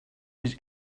his